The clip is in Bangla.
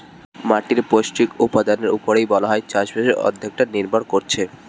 মাটির পৌষ্টিক উপাদানের উপরেই বলা যায় চাষবাসের অর্ধেকটা নির্ভর করছে